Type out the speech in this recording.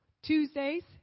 Tuesdays